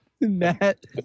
Matt